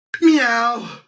Meow